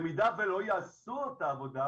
במידה ולא יעשו את העבודה,